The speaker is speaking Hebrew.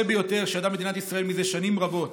ביותר שידעה מדינת ישראל זה שנים רבות.